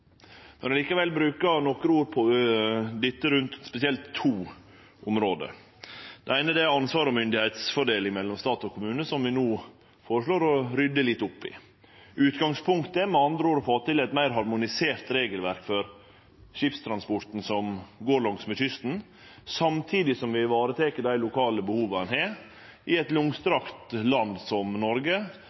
likevel bruke nokre ord på spesielt to område. Det eine er ansvars- og myndigheitsfordeling mellom stat og kommune, som vi no føreslår å rydde litt opp i. Utgangspunktet er med andre ord å få til eit meir harmonisert regelverk for skipstransporten som går langs kysten, samtidig som vi varetek dei lokale behova ein har, i eit langstrakt land som Noreg,